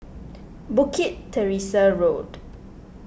Bukit Teresa Road